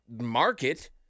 market